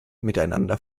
miteinander